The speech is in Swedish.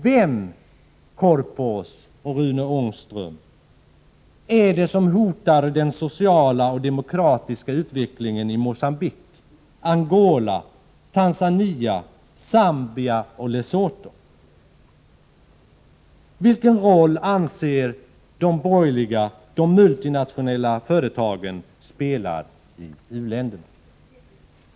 Vem, Sture Korpås och Rune Ångström, är det som hotar den sociala och demokratiska utvecklingen i Mogambique, Angola, Tanzania, Zambia och Lesotho? Vilken roll anser de borgerliga att de multinationella företagen spelar i u-länderna?